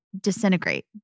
disintegrate